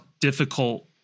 difficult